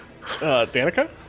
Danica